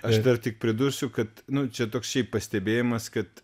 aš dar tik pridursiu kad nu čia toks šiaip pastebėjimas kad